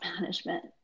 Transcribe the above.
management